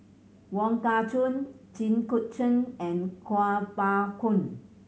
Wong Kah Chun Jit Koon Ch'ng and Kuo Pao Kun